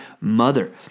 mother